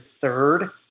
third